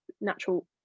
natural